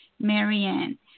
Marianne